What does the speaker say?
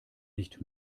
nicht